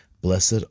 Blessed